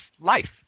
life